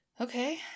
Okay